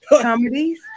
Comedies